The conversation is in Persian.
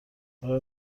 آیا